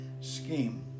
scheme